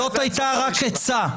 זו הייתה רק עצה...